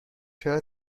چرا